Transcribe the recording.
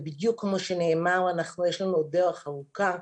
זה בדיוק כמו שנאמר, יש לנו דרך ארוכה.